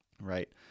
right